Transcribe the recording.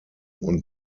und